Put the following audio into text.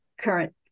current